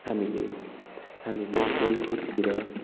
हामीले हामीले खेलकुदतिर